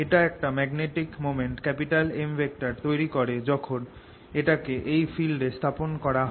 এটা একটা magnetic moment M তৈরি করে যখন এটাকে এই ফিল্ড এ স্থাপন করা হয়